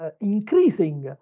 increasing